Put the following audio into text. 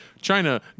China